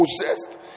possessed